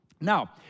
Now